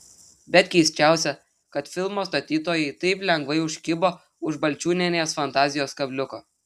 bet keisčiausia kad filmo statytojai taip lengvai užkibo už balčiūnienės fantazijos kabliuko